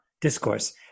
discourse